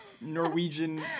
Norwegian